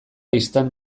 istant